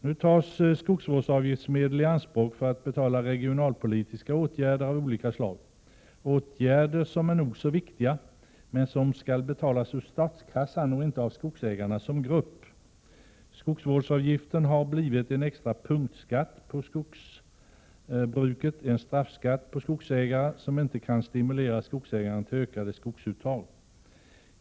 Nu tas skogsvårdsavgiftsmedel i anspråk för att betala regionalpolitiska åtgärder av olika slag. Det är åtgärder, som är nog så viktiga, men som skall betalas ur statskassan och inte av skogsägarna som grupp. Skogsvårdsavgiften har blivit en extra punktskatt på skogsbruket — en straffskatt på skogsägare — vilket inte kan stimulera skogsägarna till ökade skogsuttag.